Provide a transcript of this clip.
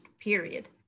period